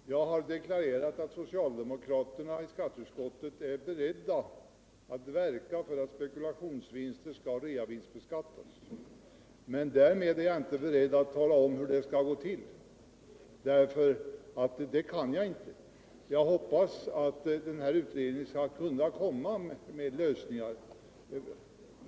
Herr talman! Jag har deklarerat att socialdemokraterna i skatteutskottet är beredda att verka för att spekulationsvinster skall reavinstbeskattas, men det betyder inte att jag är redo att tala om hur det skall gå till. Det kan jag nämligen inte göra. Jag hoppas att utredningen skall kunna komma fram till lösningar,